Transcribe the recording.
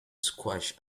squash